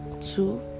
two